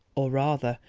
or rather,